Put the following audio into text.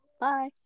Bye